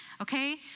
Okay